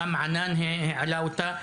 גם ענאן העלה אותה,